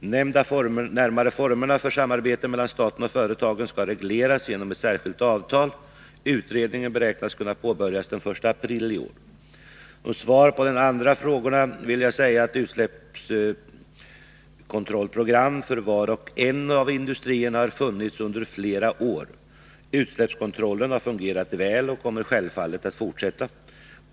De närmare formerna för samarbetet mellan staten och företagen skall regleras genom ett särskilt avtal. Utredningen beräknas kunna påbörjas den 1 april i år. Som svar på de andra frågorna vill jag säga att utsläppskontrollprogram för var och en av industrierna har funnits under flera år. Utsläppskontrollen har fungerat väl och kommer självfallet att fortsätta.